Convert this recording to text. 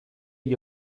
gli